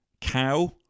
cow